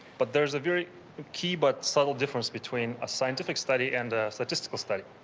but there's a very key but subtle difference between a scientific study and a statistical study.